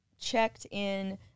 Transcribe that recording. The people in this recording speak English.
checked-in